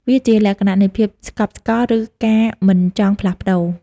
វាជាលក្ខណៈនៃភាពស្កប់ស្កល់ ឬការមិនចង់ផ្លាស់ប្ដូរ។